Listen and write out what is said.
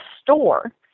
store